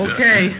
Okay